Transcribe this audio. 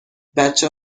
بچه